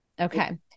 okay